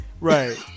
right